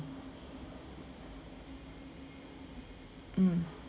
mm